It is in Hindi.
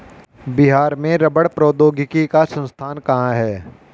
बिहार में रबड़ प्रौद्योगिकी का संस्थान कहाँ है?